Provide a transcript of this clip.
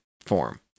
form